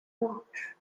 march